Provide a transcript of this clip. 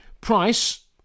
Price